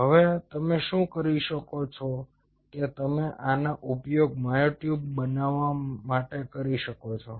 હવે તમે શું કરી શકો છો કે તમે આનો ઉપયોગ મ્યોટ્યુબ વધારવા માટે કરી શકો છો